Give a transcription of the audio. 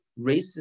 racist